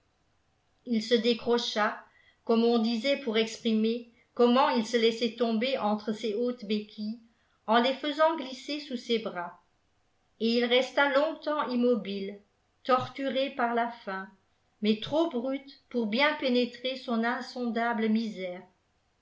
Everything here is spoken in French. il se décrocha comme on disait pour exprimer comment il se laissait tomber entre ses hautes béquilles en les faisant glisser sous ses bras et il resta longtemps immobile torturé par la faim mais trop brute pour bien pénétrer son insondable misère